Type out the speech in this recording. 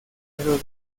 pero